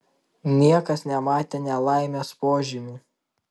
niekas nematė nelaimės požymių